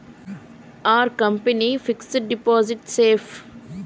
Are company fixed deposit safe?